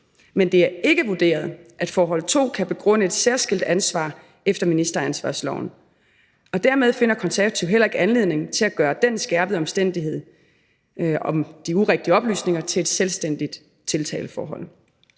Men det er ikke vurderingen, at forhold 2 kan begrunde et særskilt ansvar efter ministeransvarsloven. Og dermed finder Konservative heller ikke anledning til at gøre den skærpende omstændighed om de urigtige oplysninger til et selvstændigt tiltaleforhold.